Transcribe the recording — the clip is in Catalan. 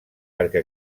perquè